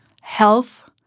health